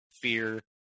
fear